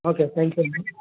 okay thank you అండి